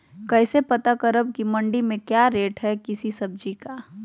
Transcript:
कैसे पता करब की मंडी में क्या रेट है किसी सब्जी का?